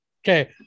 Okay